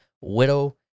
widow